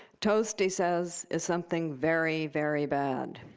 toast, he says, is something very, very bad.